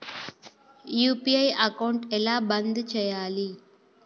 UPI account ఎలా బంద్ చేయాలి?